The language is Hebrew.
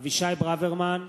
אבישי ברוורמן,